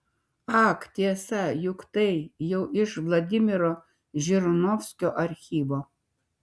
ak tiesa juk tai jau iš vladimiro žirinovskio archyvo